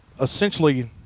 essentially